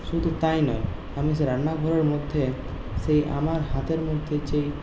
শুধু তাই নয় আমি যে রান্নাঘরের মধ্যে সেই আমার হাতের মধ্যে যেই